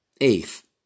eighth